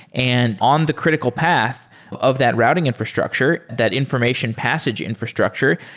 and on the critical path of that routing infrastructure, that information passage infrastructure,